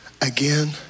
again